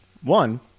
one